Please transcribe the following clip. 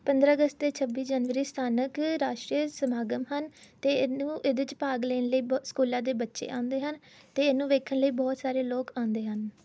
ਪੰਦਰਾਂ ਅਗਸਤ ਅਤੇ ਛੱਬੀ ਜਨਵਰੀ ਸਥਾਨਕ ਰਾਸ਼ਟਰੀ ਸਮਾਗਮ ਹਨ ਅਤੇ ਇਹਨੂੰ ਇਹਦੇ 'ਚ ਭਾਗ ਲੈਣ ਲਈ ਬ ਸਕੂਲਾਂ ਦੇ ਬੱਚੇ ਆਉਂਦੇ ਹਨ ਅਤੇ ਇਹਨੂੰ ਵੇਖਣ ਲਈ ਬਹੁਤ ਸਾਰੇ ਲੋਕ ਆਉਂਦੇ ਹਨ